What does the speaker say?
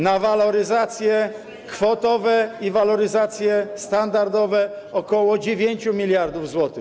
na waloryzacje kwotowe i waloryzacje standardowe - ok. 9 mld zł.